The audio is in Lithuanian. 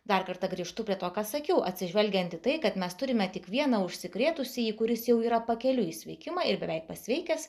dar kartą grįžtu prie to ką sakiau atsižvelgiant į tai kad mes turime tik vieną užsikrėtusįjį kuris jau yra pakeliui į sveikimą ir beveik pasveikęs